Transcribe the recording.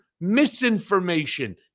misinformation